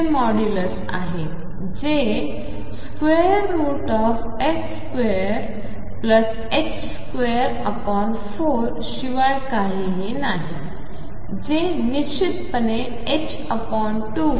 जे ।a224 शिवाय काहीही नाही जे निश्चितपणे 2